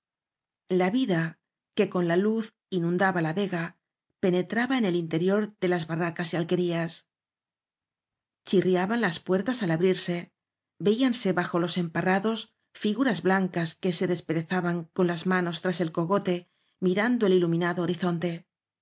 la vida que con la luz inun daba la vega pe netraba en el in terior de las barra cas y alquerías chirraban las puertas al abrirse veíanse bajo los empa rrados figuras blancas que se desperezaban con las manos tras el cocote mirando el iluminada horizonte